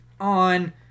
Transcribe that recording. on